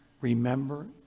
remember